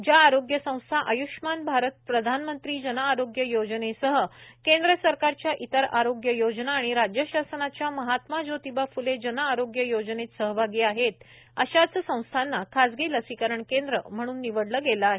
ज्या आरोग्य संस्था आय्ष्मान भारत प्रधानमंत्री जन आरोग्य योजनेसह केंद्र सरकारच्या इतर आरोग्य योजना आणि राज्य शासनाच्या महात्मा जोतिबा फुले जन आरोग्य योजनेत सहभागी आहेत अशाच संस्थांना खाजगी लसीकरण केंद्र म्हणून निवडलं गेलं आहे